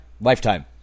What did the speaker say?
Lifetime